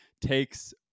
takes